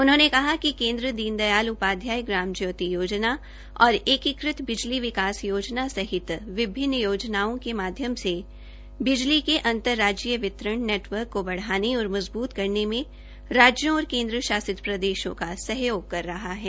उन्होंने कहा कि केन्द्र दीन दयाल उपाध्याय ग्राम ज्योति योजना और एकीकृत बिजली विकास योजना सहित विभिन्न योजनाओं के माध्यम से बिजली के अंतर राजीय वितरण नेटवर्क को बढाने और मजबूत करने में राज्यों और केन्द्र शासित प्रदेशों का सहयोग कर रहा है